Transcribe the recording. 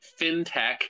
fintech